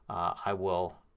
i will